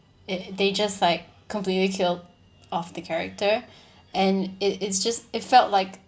i~ they just like completely killed off the character and it it's just it felt like